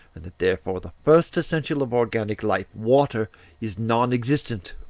and that therefore, the first essential of organic life water is non-existent.